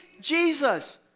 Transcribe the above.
Jesus